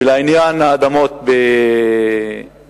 ולעניין האדמות באל-מנסורה,